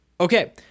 okay